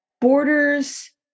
borders